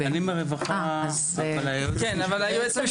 נוראיים.